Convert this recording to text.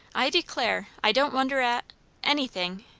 i declare, i don't wonder at anything!